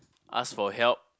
ask for help